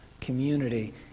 community